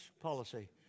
policy